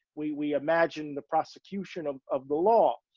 we, we imagine the prosecution of, of the law.